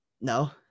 No